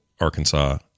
arkansas